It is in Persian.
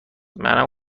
منم